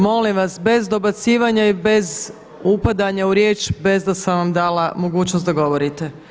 Molim vas bez dobacivanja i bez upadanja u riječ bez da sam vam dala mogućnost da govorite.